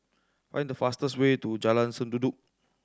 find the fastest way to Jalan Sendudok